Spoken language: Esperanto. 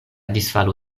disfalo